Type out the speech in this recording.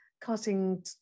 cutting